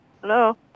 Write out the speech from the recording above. Hello